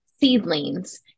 seedlings